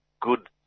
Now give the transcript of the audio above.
good